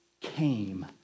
came